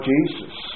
Jesus